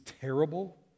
terrible